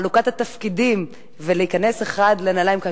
חלוקת התפקידים ולהיכנס אחד לנעליים,